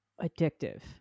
addictive